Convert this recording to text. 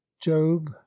Job